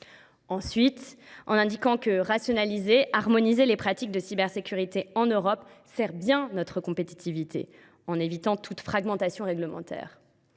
ensuite, en indiquant que la rationalisation et l’harmonisation des pratiques de cybersécurité en Europe servent bien notre compétitivité, en évitant toute fragmentation réglementaire